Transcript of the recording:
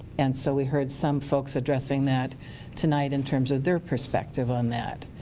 and so we heard some folks addressing that tonight in terms of their perspective on that.